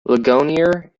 ligonier